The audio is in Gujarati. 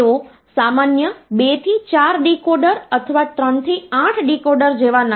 તેથી તેઓ ફિક્સ પોઈન્ટ નંબર સિસ્ટમ તરીકે ઓળખાય છે